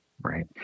right